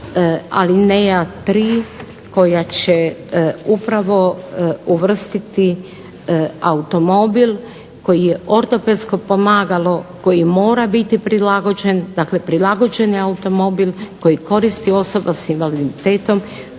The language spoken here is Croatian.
alineja 3 koja će upravo uvrstiti automobil koji je ortopedsko pomagalo, koji mora biti prilagođen, dakle prilagođen je automobil koji koristi osoba s invaliditetom